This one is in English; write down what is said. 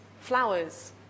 flowers